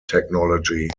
technology